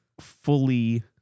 fully